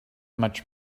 much